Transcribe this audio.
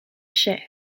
chair